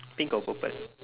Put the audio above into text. pink or purple